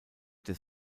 des